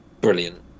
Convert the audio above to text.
brilliant